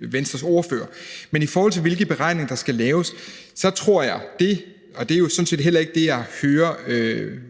Venstres ordfører som en del af en regering. Men i forhold til hvilke beregninger der skal laves, så tror jeg ikke – og det er sådan set heller ikke det, jeg hører